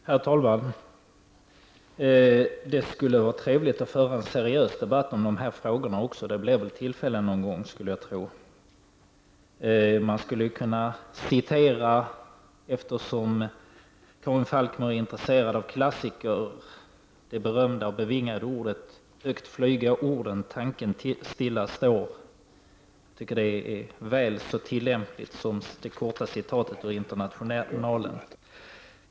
Herr talman! Det skulle vara trevligt att föra en seriös debatt även om dessa frågor, och det blir väl tillfälle till detta någon gång, skulle jag tro. Eftersom Karin Falkmer är intresserad av klassiker skulle man i detta sammanhang kunna citera de berömda och bevingade orden: ”Upp flyga orden, tanken stilla står.” Jag tycker att dessa ord är väl så tillämpliga som det korta citatet ur Internationalen.